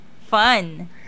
fun